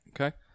Okay